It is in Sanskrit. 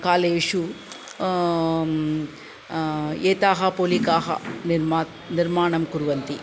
कालेषु एताः पोलिकायाः निर्मा निर्माणं कुर्वन्ति